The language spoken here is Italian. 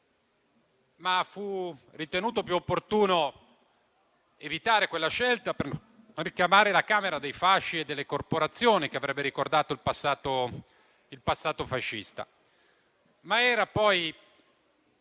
Fu ritenuto più opportuno evitare quella scelta per non richiamare la Camera dei fasci e delle corporazioni, che avrebbe ricordato il passato fascista.